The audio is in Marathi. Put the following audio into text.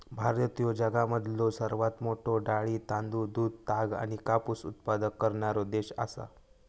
भारत ह्यो जगामधलो सर्वात मोठा डाळी, तांदूळ, दूध, ताग आणि कापूस उत्पादक करणारो देश आसा